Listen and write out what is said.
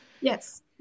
Yes